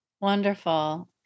Wonderful